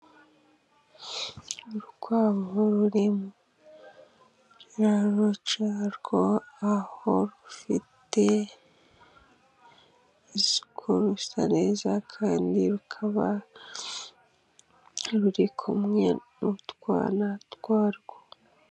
Urukwavu ruri mu kiraro cyarwo， aho rufite isuku rusa neza，kandi rukaba ruri kumwe n’utwana twarwo.